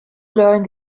learn